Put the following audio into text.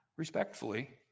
Respectfully